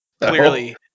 Clearly